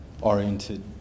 oriented